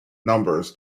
numbers